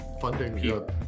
funding